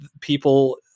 people